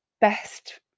best